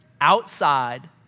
outside